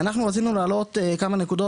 אנחנו רצינו להעלות כמה נקודות.